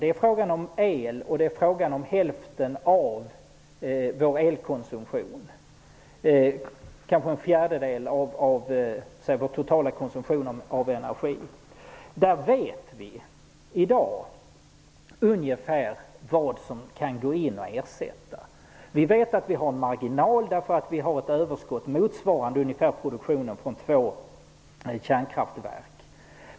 Det är fråga om el, och det är fråga om hälften av vår elkonsumtion -- kanske en fjärdedel av den totala konsumtionen av energi. Vi vet i dag ungefär vad som kan ersättas. Vi vet att det finns en marginal, eftersom det finns ett överskott motsvarande produktionen från två kärnkraftverk.